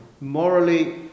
Morally